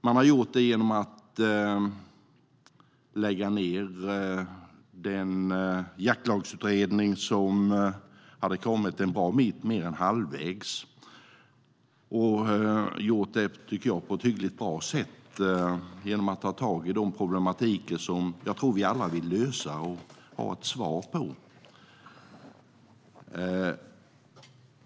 Man har gjort det genom att lägga ned den jaktlagsutredning som hade kommit en bra bit på väg - mer än halvvägs. Den hade skött sitt uppdrag på ett hyggligt bra sätt genom att ta tag i den problematik som jag tror att vi alla vill lösa och ha ett svar på.